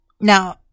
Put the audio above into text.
Now